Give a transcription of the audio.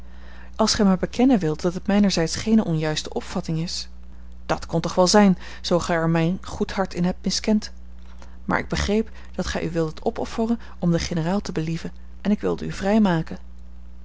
als gij maar bekennen wilt dat het mijnerzijds geene onjuiste opvatting is dat kon toch wel zijn zoo gij er mijn goed hart in hebt miskend want ik begreep dat gij u wildet opofferen om den generaal te believen en ik wilde u